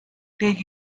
take